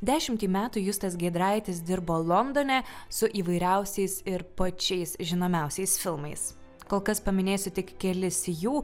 dešimtį metų justas giedraitis dirbo londone su įvairiausiais ir pačiais žinomiausiais filmais kol kas paminėsiu tik kelis jų